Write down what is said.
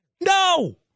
No